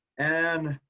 and,